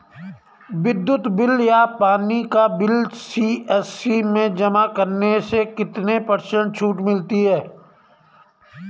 विद्युत बिल या पानी का बिल सी.एस.सी में जमा करने से कितने पर्सेंट छूट मिलती है?